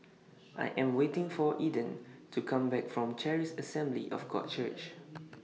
I Am waiting For Eden to Come Back from Charis Assembly of God Church